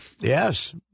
Yes